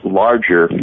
larger